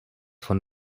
von